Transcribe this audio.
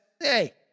Hey